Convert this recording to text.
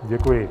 Děkuji.